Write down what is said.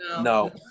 no